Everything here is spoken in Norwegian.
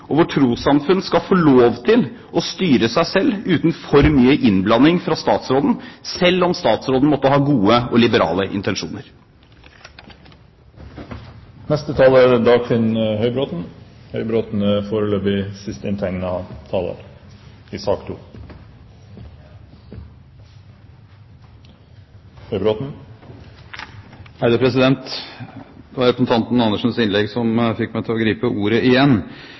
hvor det er rom for tro, rom for religion, og hvor trossamfunn skal få lov til å styre seg selv uten for mye innblanding fra statsråden, selv om statsråden måtte ha gode og liberale intensjoner. Det var representanten Andersens innlegg som fikk meg til å gripe ordet igjen,